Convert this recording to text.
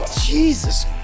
Jesus